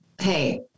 hey